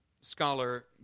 scholar